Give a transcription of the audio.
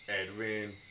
Edwin